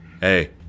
Hey